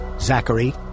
Zachary